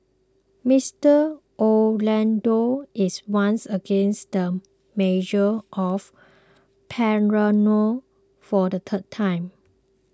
Mister Orlando is once again the mayor of Palermo for the third time